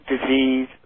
disease